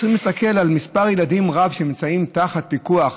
צריך להסתכל על מספר ילדים רב שנמצא תחת פיקוח